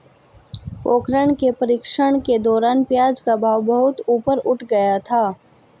पोखरण के प्रशिक्षण के दौरान प्याज का भाव बहुत ऊपर उठ गया था